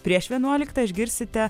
prieš vienuoliktą išgirsite